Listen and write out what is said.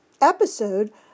episode